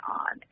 on